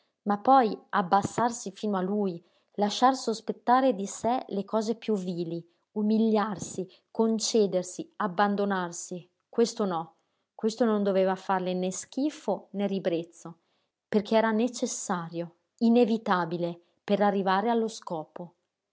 ma poi abbassarsi fino a lui lasciar sospettare di sé le cose piú vili umiliarsi concedersi abbandonarsi questo no questo non doveva farle né schifo né ribrezzo perché era necessario inevitabile per arrivare allo scopo